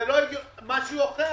אדוני,